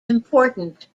important